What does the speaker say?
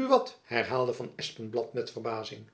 buat herhaalde van espenblad met verbazing